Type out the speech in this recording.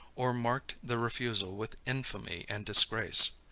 or marked the refusal with infamy and disgrace.